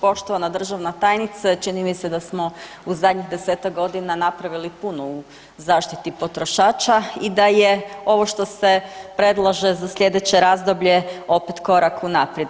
Poštovana državna tajnice čini mi se da smo u zadnjih 10-tak godina napravili puno u zaštiti potrošača i da je ovo što se predlaže za slijedeće razdoblje opet korak unaprijed.